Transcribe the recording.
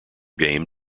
game